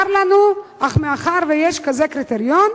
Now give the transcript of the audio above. צר לנו, אך מאחר שיש כזה קריטריון,